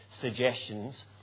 suggestions